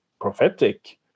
prophetic